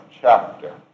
chapter